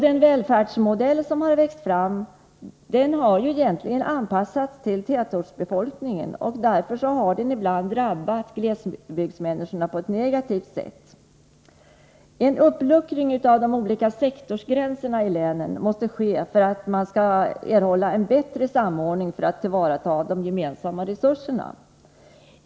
Den välfärdsmodell som växt fram har egentligen anpassats till tätortsbefolkningen, varför den ibland har drabbat glesbygdsmänniskorna på ett negativt sätt. En uppluckring av de olika sektorsgränserna i länen måste ske för att man skall kunna få en bättre samordning för tillvaratagande av de gemensamma resurserna.